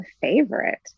favorite